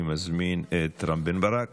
אני מזמין את רם בן ברק.